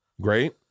Great